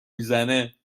میزنه